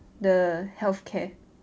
the healthcare